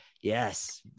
Yes